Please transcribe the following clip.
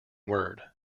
word